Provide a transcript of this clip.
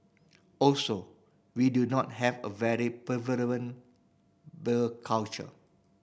also we do not have a very prevalent bar culture